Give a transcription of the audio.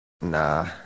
Nah